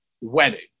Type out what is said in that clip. wedding